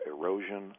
erosion